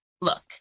look